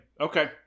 Okay